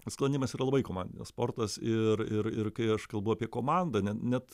sklandymas yra labai komandinis sportas ir ir ir kai aš kalbu apie komandą ne net